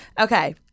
Okay